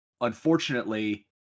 unfortunately